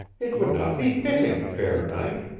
it would not be fitting, fair knight.